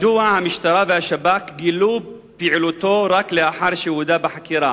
מדוע גילו המשטרה והשב"כ את פעילותו רק לאחר שהוא הודה בחקירה?